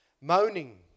moaning